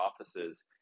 offices